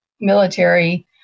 military